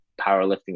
powerlifting